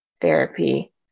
therapy